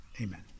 Amen